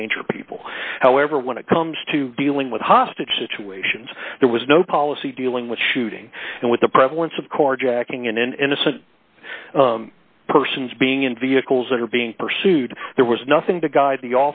endanger people however when it comes to dealing with hostage situations there was no policy dealing with shooting and with the prevalence of course jacking in an innocent person's being in vehicles that are being pursued there was nothing to guide the